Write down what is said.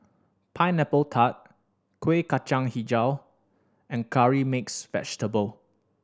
Pineapple Tart Kueh Kacang Hijau and Curry Mixed Vegetable